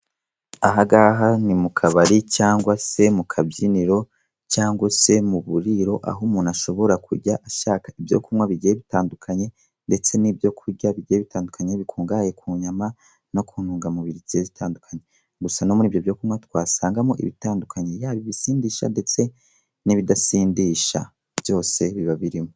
Aha ngaha ni mu kabari cyangwa se mu kabyiniro cyangwa se mu buriro aho umuntu ashobora kujya ashaka ibyo kunywa bigiye bitandukanye ndetse n'ibyo kurya bigiye bitandukanye bikungahaye ku nyama no ku ntungamubiri zigiye zitandukanye. Gusa no muri ibyo byo kunywa twasangamo ibitandukanye yaba ibisindisha n'ibidasindisha byose biba birimo.